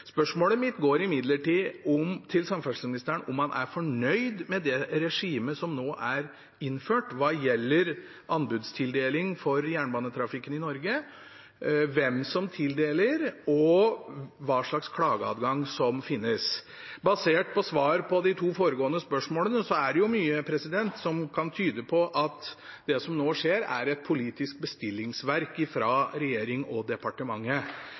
Spørsmålet mitt til samferdselsministeren går imidlertid på om han er fornøyd med det regimet som nå er innført hva gjelder anbudstildeling for jernbanetrafikken i Norge – hvem som tildeler, og hva slags klageadgang som finnes. Basert på svar på de to foregående spørsmålene er det mye som kan tyde på at det som nå skjer, er et politisk bestillingsverk fra regjeringen og departementet.